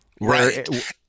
right